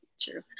True